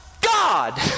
God